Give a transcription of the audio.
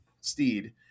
Steed